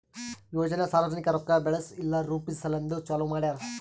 ಯೋಜನೆ ಸಾರ್ವಜನಿಕ ರೊಕ್ಕಾ ಬೆಳೆಸ್ ಇಲ್ಲಾ ರುಪೀಜ್ ಸಲೆಂದ್ ಚಾಲೂ ಮಾಡ್ಯಾರ್